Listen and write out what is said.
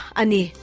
ani